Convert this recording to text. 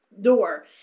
door